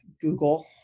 Google